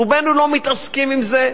רובנו לא מתעסקים עם זה,